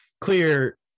clear